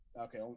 Okay